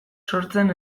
sortzen